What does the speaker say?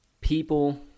people